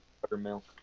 buttermilk